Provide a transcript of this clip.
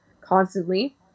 constantly